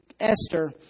Esther